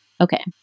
Okay